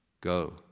Go